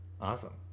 Awesome